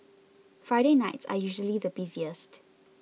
Friday nights are usually the busiest